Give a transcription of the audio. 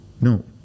No